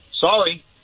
sorry